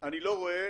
אני לא רואה